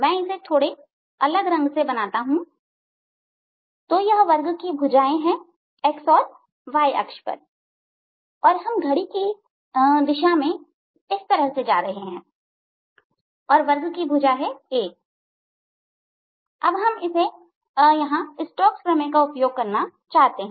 मैं इसे थोड़े अलग रंग से बताता हूं तो यह वर्ग की भुजाएं हैं x और y अक्ष पर और हम घड़ी की दिशा में इस तरह से जा रहे हैं और वर्ग की भुजा a है और हम इस स्टॉक्स प्रमेय का उपयोग करना चाहते हैं